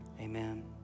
amen